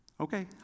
Okay